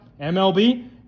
MLB